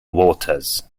waters